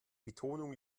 betonung